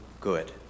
good